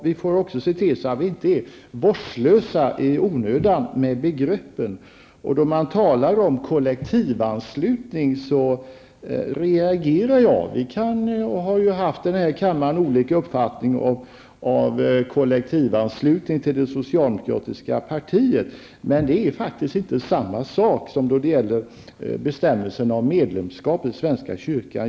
Vi får också se till att vi inte är vårdslösa i onödan med begreppen. Då man talar om kollektiv anslutning reagerar jag. Vi kan ha haft olika uppfattningar i denna kammare om kollektivanslutning till det socialdemokratiska partiet, men det är faktiskt inte samma sak som då det gäller bestämmelserna om medlemskap i svenska kyrkan.